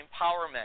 empowerment